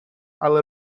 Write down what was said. але